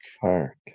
Park